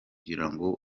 ngo